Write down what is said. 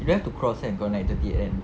she don't have to cross kan kalau naik thirty kan